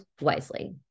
wisely